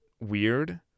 weird